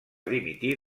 dimitir